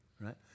right